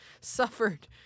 suffered